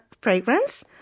fragrance